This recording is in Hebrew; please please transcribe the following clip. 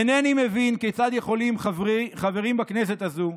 אינני מבין כיצד יכולים חברים בכנסת הזאת,